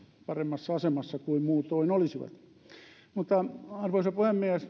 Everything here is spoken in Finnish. paremmassa asemassa kuin muutoin olisivat arvoisa puhemies